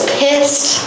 pissed